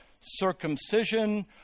circumcision